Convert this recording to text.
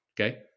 Okay